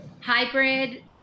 hybrid